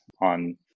on